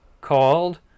called